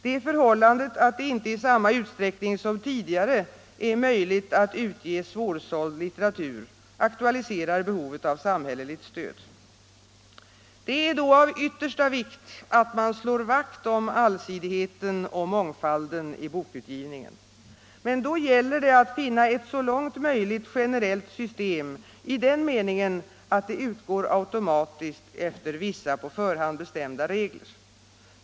Det förhållandet att det inte i samma utsträckning som tidigare är möjligt att utge svårsåld litteratur aktualiserar behovet av samhälleligt stöd. Det är därför av yttersta vikt att man slår vakt om allsidigheten och mångfalden i bokutgivningen. Men då gäller det att finna ett så långt möjligt generellt system i den meningen att det utgår automatiskt efter vissa på förhand bestämda regler.